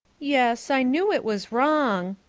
yes, i knew it was wrong,